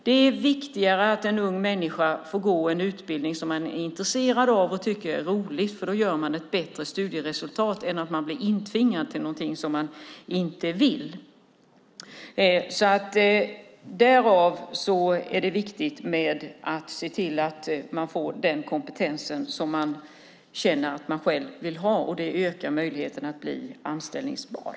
Det är viktigare att en ung människa får gå en utbildning som man är intresserad av och tycker är rolig, för då gör man ett bättre studieresultat än om man bli intvingad till någonting som man inte vill. Därför är det viktigt att se till att man får den kompetens som man känner att man själv vill ha. Det ökar möjligheten att bli anställningsbar.